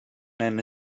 eine